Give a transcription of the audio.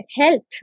health